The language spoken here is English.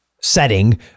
setting